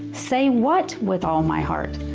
say what with all my heart?